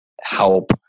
help